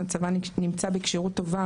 הצבא נמצא בכשירות טובה,